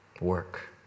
Work